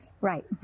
Right